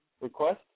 request